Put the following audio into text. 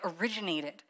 originated